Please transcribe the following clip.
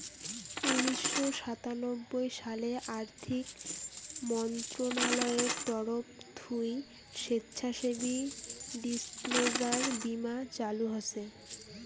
উনিশশো সাতানব্বই সালে আর্থিক মন্ত্রণালয়ের তরফ থুই স্বেচ্ছাসেবী ডিসক্লোজার বীমা চালু হসে